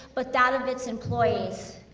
but that of its employees.